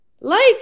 Life